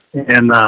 and